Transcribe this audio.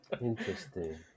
Interesting